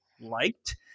liked